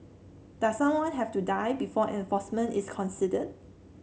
does someone have to die before enforcement is considered